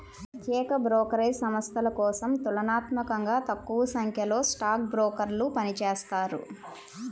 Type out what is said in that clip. ప్రత్యేక బ్రోకరేజ్ సంస్థల కోసం తులనాత్మకంగా తక్కువసంఖ్యలో స్టాక్ బ్రోకర్లు పనిచేత్తారు